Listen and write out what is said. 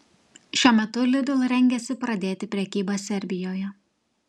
šiuo metu lidl rengiasi pradėti prekybą serbijoje